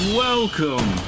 welcome